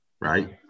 right